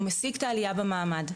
הוא משיג את העלייה במעמד.